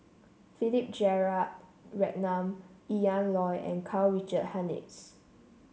Philip Ian Loy and Karl Richard Hanitsch